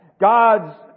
God's